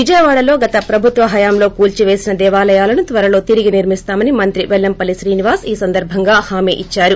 విజయవాడలో గత ప్రభుత్వ హయాంలో కూల్సి పేసిన దేవాలయాలను త్వరలో తిరిగి నిర్కిస్తామని మంత్రి పెల్లంపల్లి శ్రీనివాస్ ఈ సందర్బంగా హామీ ఇచ్చారు